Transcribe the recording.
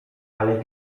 ale